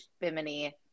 Bimini